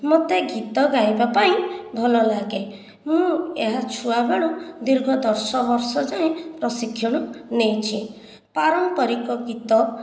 ମୋତେ ଗୀତ ଗାଇବାପାଇଁ ଭଲ ଲାଗେ ମୁଁ ଏହା ଛୁଆବେଳୁ ଦୀର୍ଘ ଦଶବର୍ଷ ଯାଏ ପ୍ରଶିକ୍ଷଣ ନେଇଛି ପାରମ୍ପରିକ ଗୀତ